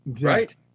Right